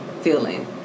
feeling